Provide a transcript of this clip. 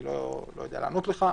אני לא יודע לענות לך.